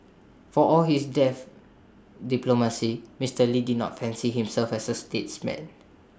for all his deft diplomacy Mister lee did not fancy himself as A statesman